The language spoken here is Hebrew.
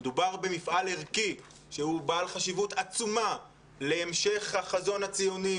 מדובר במפעל ערכי שהוא בעל חשיבות עצומה להמשך החזון הציוני,